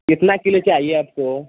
कितना किलो चाहिए आपको